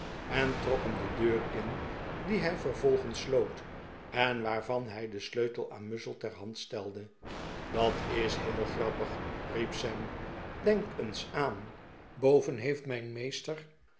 en trok hem de deur in die hij vervolgens sloot en waarvan hij den sleutel aan muzzle ter hand stelde dat is heel grappig riep sam denk eens aan boven heeft mijn meester